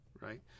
right